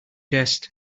jest